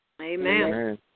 Amen